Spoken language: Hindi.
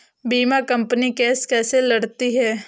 बीमा कंपनी केस कैसे लड़ती है?